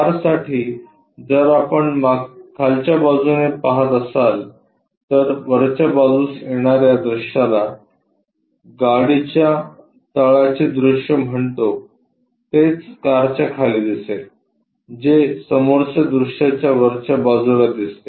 कारसाठी जर आपण खालच्या बाजूने पाहत असाल तर वरच्या बाजूस येणाऱ्या दृश्याला गाडीच्या तळाचे दृश्य म्हणतो तेच कारच्या खाली दिसेल जे समोरच्या दृश्याच्या वरच्या बाजूला दिसते